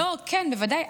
כן, בוודאי.